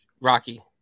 Rocky